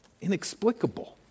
inexplicable